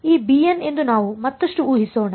ಈ bn ಎಂದು ನಾವು ಮತ್ತಷ್ಟು ಊಹಿಸೋಣ